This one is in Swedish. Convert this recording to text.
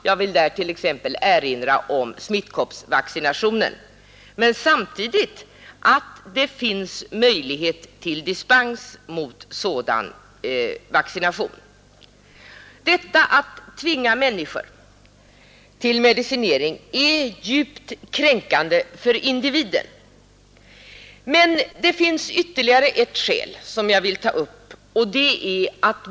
Jag vill där t.ex. erinra om smittkoppsvaccinationen, där det dock finns möjlighet att ge dispens mot sådan vaccination. Detta att tvinga människor till medicinering är djupt kränkande för individen. Men det finns ytterligare ett skäl mot fluoridering som jag vill ta upp.